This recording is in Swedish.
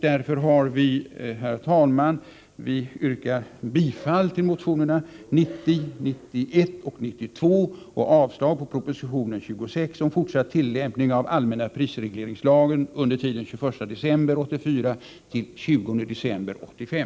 Därför yrkar vi, herr talman, bifall till motionerna 90, 91 och 92 och avslag på proposition 26 om fortsatt tillämpning av allmänna prisregleringslagen under tiden den 21 december 1984-den 20 december 1985.